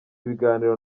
ibiganiro